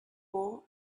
more